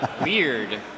Weird